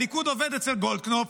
הליכוד עובד אצל גולדקנופ.